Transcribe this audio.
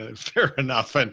ah fair enough. fun.